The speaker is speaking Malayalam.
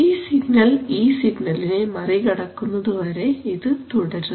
ഈ സിഗ്നൽ ഈ സിഗ്നലിനെ മറികടക്കുന്നത് വരെ ഇത് തുടരുന്നു